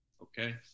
Okay